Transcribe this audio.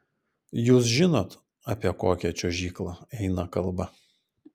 jūs žinot apie kokią čiuožyklą eina kalba